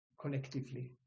collectively